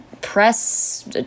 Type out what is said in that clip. press